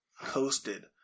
coasted